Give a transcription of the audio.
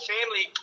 Family